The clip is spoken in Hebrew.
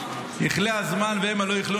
יכלה הזמן והמה לא יכלול.